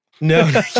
No